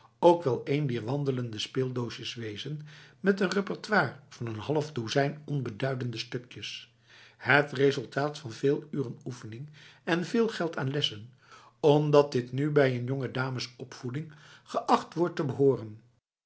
ook wel een dier wandelende speeldoosjes wezen met een repertoire van een half dozijn onbeduidende stukjes het resultaat van veel uren oefening en veel geld aan lessen omdat dit nu zo bij een jongedamesopvoeding geacht wordt te behoren